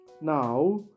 now